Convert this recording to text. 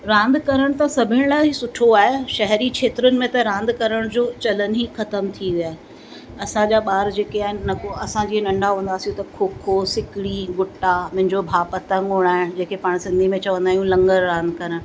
रांदि करणु त सभिनि लाइ सुठो आहे शहरी क्षेत्रनि में त रांदि करण जो चलन ई ख़तमु थी वियो आहे असांजा ॿार जेके आहिनि नको असां जीअं नंढा हूंदा हुआसीं त खो खो सिकड़ी गुट्टा मुंहिंजो भाउ पतंग उड़ाइण जेके पाण सिंधी में चवंदा आहियूं लंगर रांदि करणु